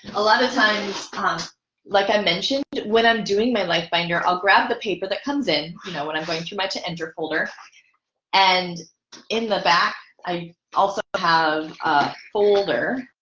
a lot of times times like i mentioned when i'm doing my life binder i'll grab the paper that comes in you know what i'm going through my to enter folder and in the back i also have a folder